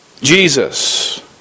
Jesus